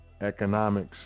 Economics